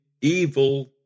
evil